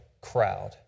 crowd